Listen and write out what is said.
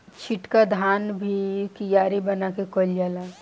छिटका धान भी कियारी बना के कईल जाला